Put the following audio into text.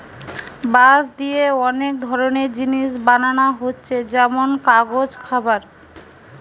বাঁশ দিয়ে অনেক ধরনের জিনিস বানানা হচ্ছে যেমন কাগজ, খাবার